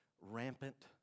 rampant